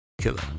Killer